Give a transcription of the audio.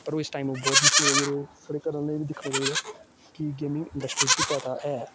पर ओह् उस टाइम ओह् बहुत मश्हूर होई गे साढ़े घरै आह्लें गी बी दिक्खना चाहिदा कि गेमिंग इंडस्टी च बी पैसा ऐ